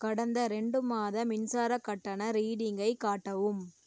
கடந்த ரெண்டு மாத மின்சார கட்டண ரீடிங்கை காட்டவும்